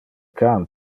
can